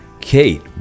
Kate